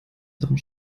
sachen